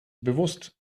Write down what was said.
bewusst